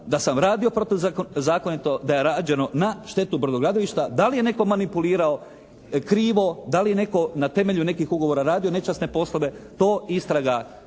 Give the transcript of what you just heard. Da li je netko manipulirao krivo? Da li je netko na temelju nekih ugovora radio nečasne poslove to istraga